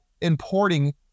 importing